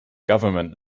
government